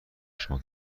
شما